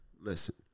Listen